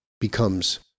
Becomes